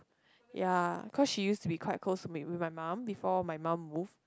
ya cause she use to be quite close to me with my mum before my mum move